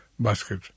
Basket